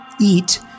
EAT